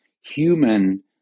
human